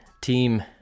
team